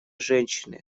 женщины